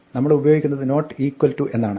നമ്മളുപയോഗിക്കുന്നത് not equal to എന്നാണ്